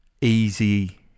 easy